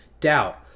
doubt